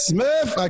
Smith